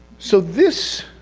so this,